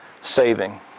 saving